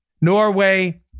Norway